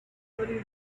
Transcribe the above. very